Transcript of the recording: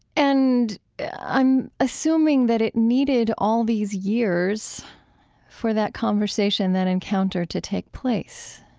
and i'm assuming that it needed all these years for that conversation, that encounter to take place